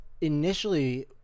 initially